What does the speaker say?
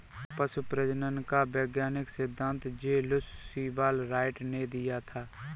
पशु प्रजनन का वैज्ञानिक सिद्धांत जे लुश सीवाल राइट ने दिया था